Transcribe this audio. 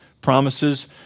promises